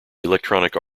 electronic